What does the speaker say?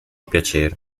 piacere